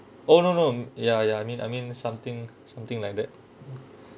oh no no ya ya I mean I mean something something like that